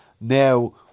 Now